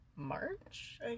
March